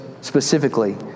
specifically